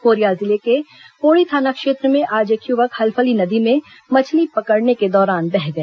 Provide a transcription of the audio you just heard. Korea जिले के पोड़ी थाना क्षेत्र में आज एक युवक हल्फली नदी में मछली पकड़ने के दौरान बह गया